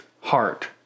heart